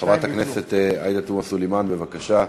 חברת הכנסת עאידה תומא סלימאן, בבקשה.